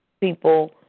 people